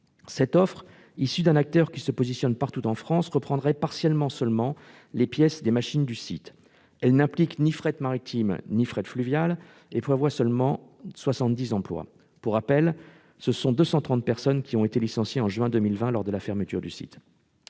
Cette offre, issue d'un acteur qui se positionne partout en France, reprendrait seulement partiellement les pièces des machines du site. Elle n'implique ni fret maritime ni fret fluvial et prévoit seulement 70 emplois- pour rappel, ce sont 230 personnes qui ont été licenciées en juin 2020, lors de la fermeture du site.